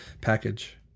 package